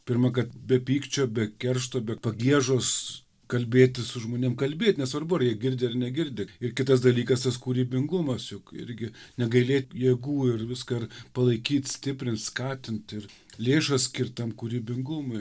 pirma kad be pykčio be keršto be pagiežos kalbėtis su žmonėm kalbėt nesvarbu ar jie girdi ir negirdi ir kitas dalykas tas kūrybingumas juk irgi negailėti jėgų ir viską palaikyti stiprinti skatinti ir lėšas skirti kūrybingumui